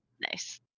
Nice